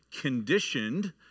conditioned